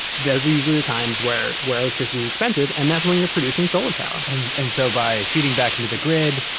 those are usually the times where where electricity is expensive and that's when you're producing solar power and and so by feeding back into the grid,